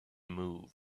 move